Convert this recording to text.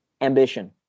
ambition